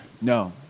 No